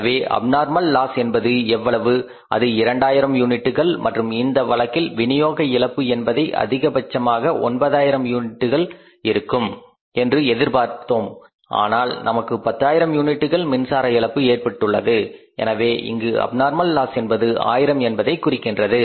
எனவே abnormal loss என்பது எவ்வளவு அது இரண்டாயிரம் யூனிட்டுகள் மற்றும் இந்த வழக்கில் வினியோக இழப்பு என்பதை அதிகபட்சமாக 9000 யூனிட்டுகள் இருக்கும் என்று எதிர்பார்த்தோம் ஆனால் நமக்கு 10000 யூனிட்கள் மின்சாரம் இழப்பு ஏற்பட்டது எனவே இங்கு அப்நார்மல் லாஸ் என்பது 1000 என்பதை குறிக்கின்றது